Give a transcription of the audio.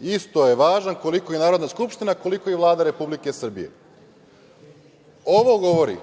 Isto je važan koliko i Narodna skupština, koliko i Vlada Republike Srbije. Ovo govori